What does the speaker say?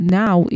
now